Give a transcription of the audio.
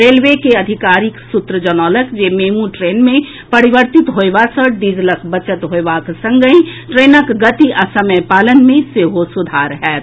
railway के आधिकारिक सूत्र जनौलक जे मेमू ट्रेन मे परिवर्तित होयबा सॅ डीजलक बचत होयबाक संगहि ट्रेनक गति आ समय पालन मे सेहो सुधार होयत